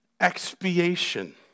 expiation